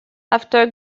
after